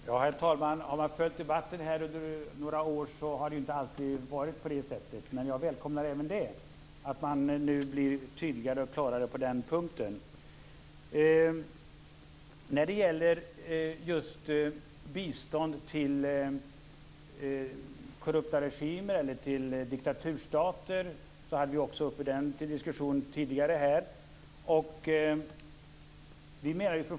Herr talman! Om man har följt debatten under några år vet man att det inte alltid har varit på det sättet. Men jag välkomnar att socialdemokraterna nu blir tydligare och klarare på den punkten. Också frågan om bistånd till korrupta regimer och diktaturstater har varit uppe tidigare i debatten.